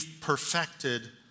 perfected